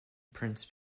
prince